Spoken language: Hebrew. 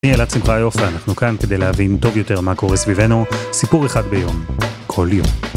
אני אלעד סמחיוב ואנחנו כאן כדי להבין טוב יותר מה קורה סביבנו סיפור אחד ביום כל יום